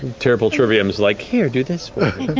terrible trivium is like, here, do this